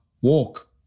walk